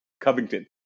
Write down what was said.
covington